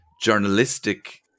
journalistic